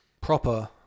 proper